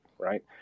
right